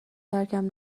ترکم